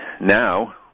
Now